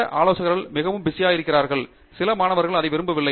சில ஆலோசகர்கள் மிகவும் பிஸியாக இருக்கிறார்கள் சில மாணவர்கள் அதை விரும்பவில்லை